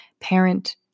parent